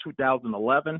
2011